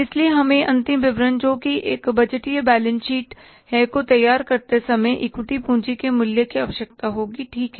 इसलिए हमें अंतिम विवरण जो कि एक बजटीय बैलेंस शीट है को तैयार करते समय इक्विटी पूँजी के मूल्य की आवश्यकता होगी ठीक है